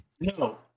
No